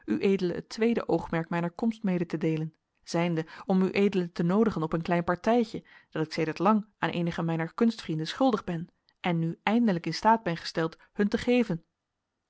het tweede oogmerk mijner komst mede te deelen zijnde om ued te noodigen op een klein partijtje dat ik sedert lang aan eenige mijner kunstvrienden schuldig ben en nu eindelijk in staat ben gesteld hun te geven